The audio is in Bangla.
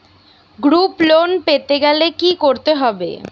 গ্রুপ লোন পেতে গেলে কি করতে হবে?